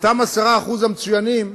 אותם 10% המצוינים,